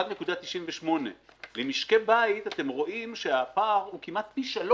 1.98% למשקי בית, אתם רואים שהפער הוא כמעט פי 3